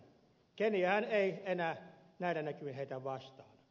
keniahan ei enää näillä näkymin heitä vastaanota